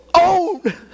own